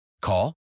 Call